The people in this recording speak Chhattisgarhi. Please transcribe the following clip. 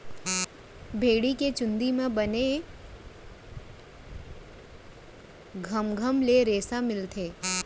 भेड़ी के चूंदी म बने घमघम ले रेसा मिलथे